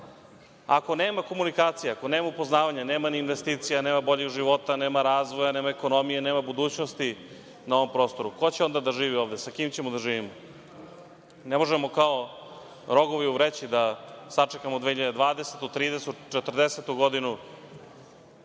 nema komunikacija, ako nema upoznavanja, nema ni investicija, nema boljeg života, nema razvoja, nema ekonomije, nema budućnosti na ovom prostoru. Ko će onda da živi ovde? Sa kim ćemo da živimo? Ne možemo kao rogovi u vreći da sačekamo 2020, 2030, 2040. godinu